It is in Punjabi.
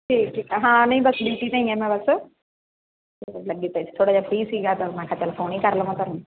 ਠੀਕ ਠੀਕ ਹਾਂ ਨਹੀਂ ਬਸ ਡਿਊਟੀ 'ਤੇ ਹੀ ਹਾਂ ਮੈਂ ਬਸ ਅਤੇ ਲੱਗੇ ਪਏ ਸੀ ਥੋੜ੍ਹਾ ਜਿਹਾ ਫਰੀ ਸੀਗਾ ਤਾਂ ਮੈਂ ਕਿਹਾ ਚੱਲ ਫੋਨ ਹੀ ਕਰ ਲਵਾਂ ਤੁਹਾਨੂੰ